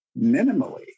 minimally